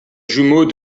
jumeau